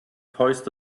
hoist